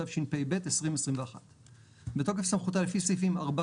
התשפ"ב 2021 בתוקף סמכותה לפי סעיפים 4,